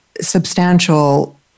substantial